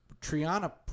Triana